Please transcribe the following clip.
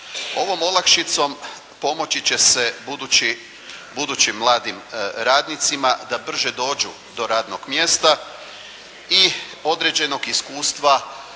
Ovom olakšicom pomoći će se budućim mladim radnicima, da brže dođu do radnog mjesta i određenog iskustva